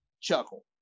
chuckle